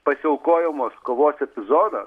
pasiaukojamos kovos epizodas